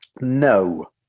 No